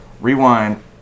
Rewind